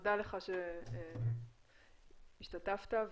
תודה שהשתתפת.